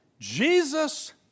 Jesus